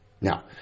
Now